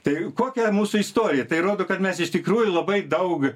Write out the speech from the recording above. tai kokia mūsų istorija tai rodo kad mes iš tikrųjų labai daug